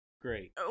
Great